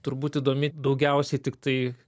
turbūt įdomi daugiausiai tiktai